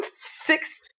six